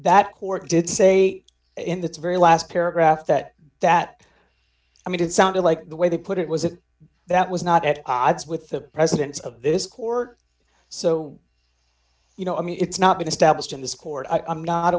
that court did say in the very last paragraph that that i mean it sounded like the way they put it was a that was not at odds with the presidents of this court so you know i mean it's not been established in this court i'm not